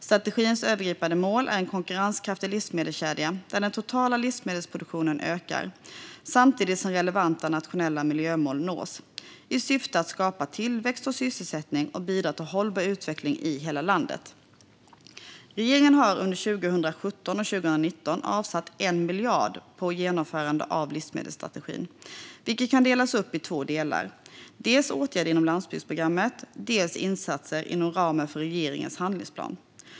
Strategins övergripande mål är en konkurrenskraftig livsmedelskedja där den totala livsmedelsproduktionen ökar, samtidigt som relevanta nationella miljömål nås, i syfte att skapa tillväxt och sysselsättning och bidra till hållbar utveckling i hela landet. Regeringen har under 2017-2019 avsatt 1 miljard kronor på genomförandet av livsmedelsstrategin, vilket kan delas upp i två delar: dels åtgärder inom landsbygdsprogrammet, dels insatser inom ramen för regeringens handlingsplan.